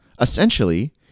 Essentially